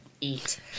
eat